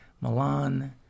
Milan